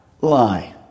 lie